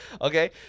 okay